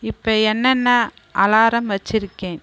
இப்போ என்னென்ன அலாரம் வைச்சுருக்கேன்